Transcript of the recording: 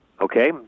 Okay